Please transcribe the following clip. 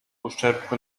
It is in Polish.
uszczerbku